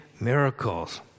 miracles